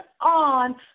on